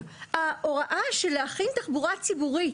ההוראה של להכין תחבורה ציבורית,